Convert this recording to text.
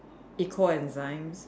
eco enzyme